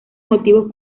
motivos